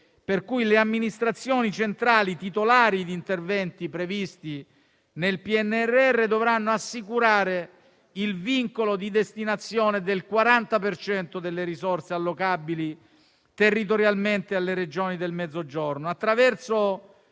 per cui le amministrazioni centrali titolari di interventi previsti nel PNRR dovranno assicurare il vincolo di destinazione del 40 per cento delle risorse allocabili territorialmente alle Regioni del Mezzogiorno